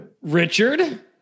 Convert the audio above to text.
richard